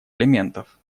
элементов